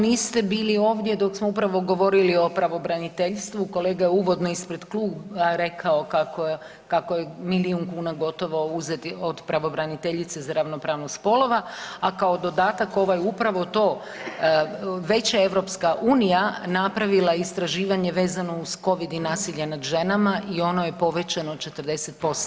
Niste bili ovdje dok smo upravo govorili o pravobraniteljstvu, kolega je uvodno ispred kluba rekao kako je milijun kuna gotovo uzetih od pravobraniteljice za ravnopravnost spolova, a kao dodatak, ovaj upravo to, već je EU napravila istraživanje vezano uz Covid i nasilje nad ženama i ono je povećano 40%